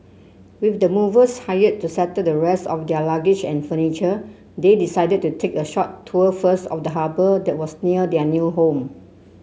with the movers hired to settle the rest of their luggage and furniture they decided to take a short tour first of the harbour that was near their new home